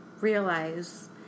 realize